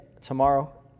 tomorrow